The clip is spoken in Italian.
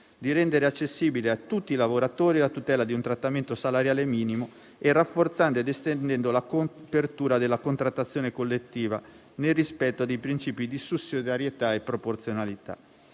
di rendere accessibile a tutti i lavoratori la tutela di un trattamento salariale minimo e rafforzando ed estendendo la copertura della contrattazione collettiva, nel rispetto dei principi di sussidiarietà e proporzionalità.